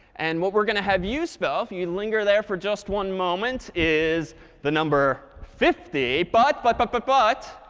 and what we're going to have you spell if you could linger there for just one moment is the number fifty. but, but, but but, but,